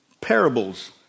Parables